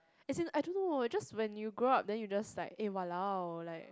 as in I don't know just when you grow up then you just like eh !walao! like